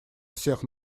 всех